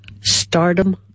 stardom